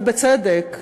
ובצדק,